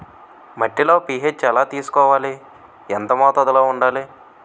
మట్టిలో పీ.హెచ్ ఎలా తెలుసుకోవాలి? ఎంత మోతాదులో వుండాలి?